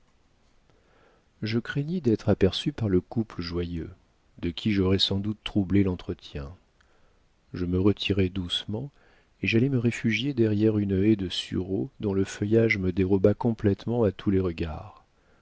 je craignis d'être aperçu par le couple joyeux de qui j'aurais sans doute troublé l'entretien je me retirai doucement et j'allai me réfugier derrière une haie de sureau dont le feuillage me déroba complétement à tous les regards